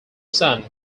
sun